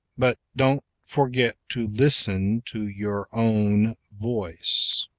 but don't forget to listen to your own voice.